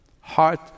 Heart